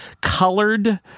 colored